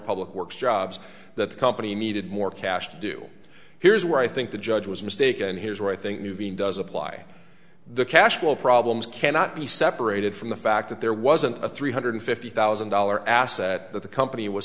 public works jobs that the company needed more cash to do here's where i think the judge was mistaken here's where i think moving does apply the cash flow problems cannot be separated from the fact that there wasn't a three hundred fifty thousand dollar asset that the company was